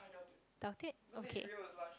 doubt it okay